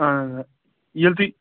اَہَن حظ آ ییٚلہِ تُہۍ